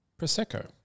prosecco